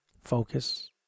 Focus